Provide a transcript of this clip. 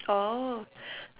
oh